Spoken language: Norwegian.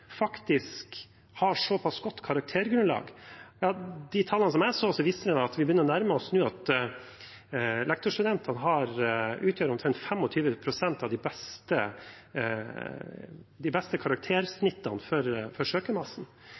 har et så pass godt karaktergrunnlag – tallene jeg så, viser at vi nå begynner å nærme oss at lektorstudentene har omtrent 25 pst. av de beste karaktersnittene for søkermassen – så sier det noe om at de